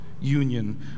union